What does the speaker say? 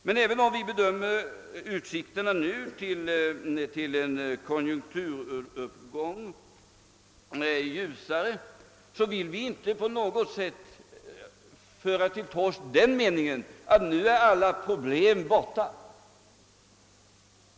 Och även om vi nu bedömer utsikterna till en konjunkturuppgång ljusare, vill vi inte på något sätt föra till torgs den meningen att alla problem är borta.